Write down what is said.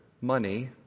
money